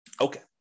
Okay